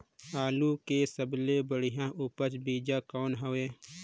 आलू के सबले बढ़िया उपजाऊ बीजा कौन हवय?